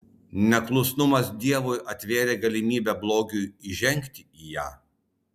neklusnumas dievui atvėrė galimybę blogiui įžengti į ją